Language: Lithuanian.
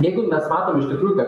jeigu mes matom iš tikrųjų kad